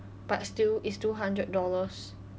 but still it's two hundred dollars